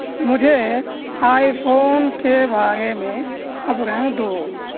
مجھے iPhone کے بارے میں خبریں دو